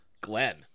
glenn